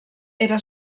era